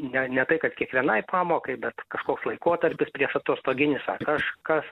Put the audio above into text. ne ne tai kad kiekvienai pamokai bet kažkoks laikotarpis prieš atostoginis kažkas